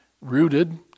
rooted